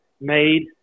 made